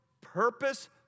purpose